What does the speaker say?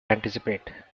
anticipate